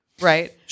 right